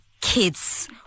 kids